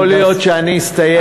יכול להיות שאני אסתייע בך.